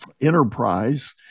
enterprise